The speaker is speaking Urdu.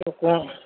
پکوان